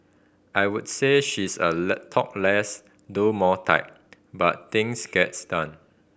I would say she's a talk less do more type but things gets done